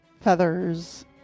feathers